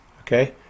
Okay